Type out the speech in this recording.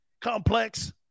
Complex